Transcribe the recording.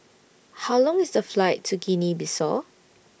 How Long IS The Flight to Guinea Bissau